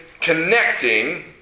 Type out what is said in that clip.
connecting